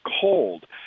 cold